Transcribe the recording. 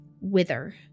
wither